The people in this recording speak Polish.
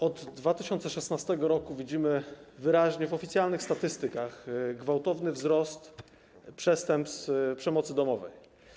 Od 2016 r., widzimy to wyraźnie w oficjalnych statystykach, nastąpił gwałtowny wzrost przestępstw przemocy domowej.